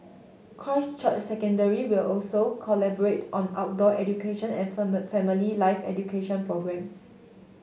Christ Church Secondary will also collaborate on outdoor education and family life education programmes